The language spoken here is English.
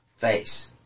face